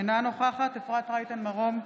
אינה נוכחת אפרת רייטן מרום,